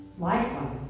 Likewise